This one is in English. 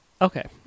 okay